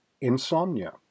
Insomnia